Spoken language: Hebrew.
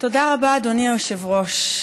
תודה רבה, אדוני היושב-ראש.